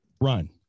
run